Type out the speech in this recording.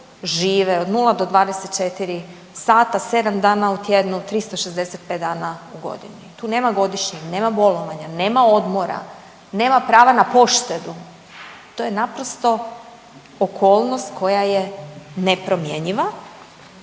žive od 0 do 24 sata 7 dana u tjednu, 365 dana u godini. Tu nema godišnjeg, nema bolovanja, nema odmora, nema prava na poštedu. To je naprosto okolnost koja je nepromjenjiva